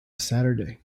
saturday